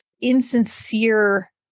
insincere